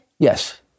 Yes